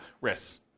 risks